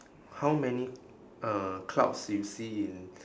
how many uh clouds you see in